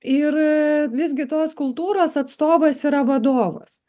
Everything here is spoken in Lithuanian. ir visgi tos kultūros atstovas yra vadovas